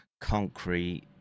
concrete